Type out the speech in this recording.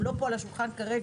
שהם לא פה על השולחן כרגע,